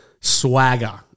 Swagger